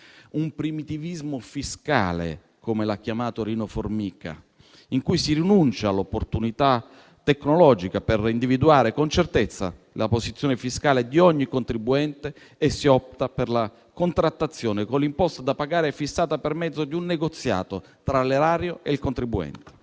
un primitivismo fiscale - come l'ha chiamato Rino Formica - in cui si rinuncia all'opportunità tecnologica per individuare con certezza la posizione fiscale di ogni contribuente e si opta per la contrattazione con l'imposta da pagare fissata per mezzo di un negoziato tra l'erario e il contribuente.